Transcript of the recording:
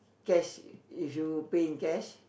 cash if you pay in cash